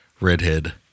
redhead